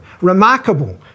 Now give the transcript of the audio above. remarkable